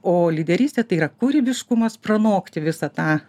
o lyderystė tai yra kūrybiškumas pranokti visą tą